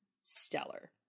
stellar